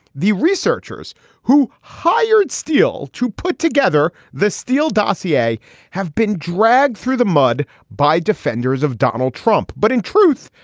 the researchers who hired steele to put together the steele dossier have been dragged through the mud by defenders of donald trump. but in truth,